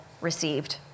received